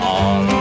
on